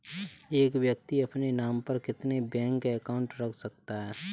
एक व्यक्ति अपने नाम पर कितने बैंक अकाउंट रख सकता है?